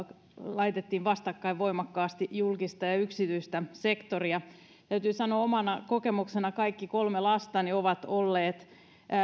laitettiin vastakkain voimakkaasti julkista ja yksityistä sektoria täytyy sanoa omana kokemuksena kaikki kolme lastani ovat olleet